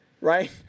right